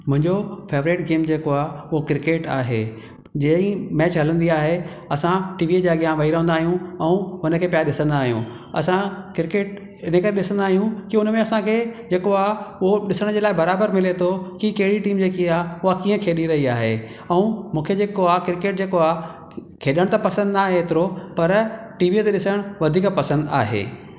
मुंहिंजो favourite game जेको आहे उहो क्रिकेट आहे जीअं ई मैच हलन्दी आहे असां टीवीअ जे अॻियां वेही रहंदा आहियूं ऐं हुन खे पिया ॾिसंदा आहियूं असां क्रिकेट हिन करे ॾिसन्दा आहियूं की हुन में असांखे जेको आहे उहो ॾिसण जे लाइ बराबरि मिले थो की कहिड़ी टीम जेकी आहे उहा कीअं खेॾी रही आहे ऐं मूंखे जेको आहे क्रिकेट जेको आहे खेॾणु त पसंदि ना आहे एतिरो पर टीवीअ ते ॾिसणु वधीक पसंदि आहे